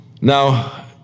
Now